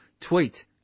Tweet